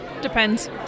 Depends